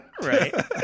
right